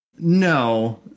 No